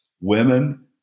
Women